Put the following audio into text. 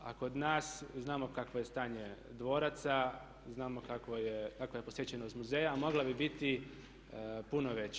A kod nas znamo kakvo je stanje dvoraca, znamo kakva je posvećenost muzeja a mogla bi biti puno veća.